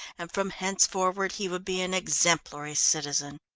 and from henceforward he would be an exemplary citizen.